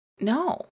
No